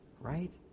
right